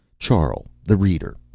charl the reader.